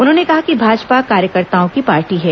उन्होंने कहा कि भाजपा कार्यकर्ताओं की पार्टी है